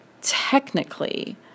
technically